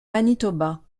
manitoba